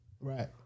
Right